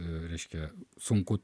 reiškia sunku